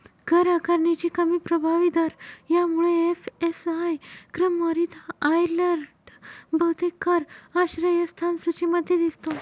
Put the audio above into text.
कर आकारणीचे कमी प्रभावी दर यामुळे एफ.एस.आय क्रमवारीत आयर्लंड बहुतेक कर आश्रयस्थान सूचीमध्ये दिसतो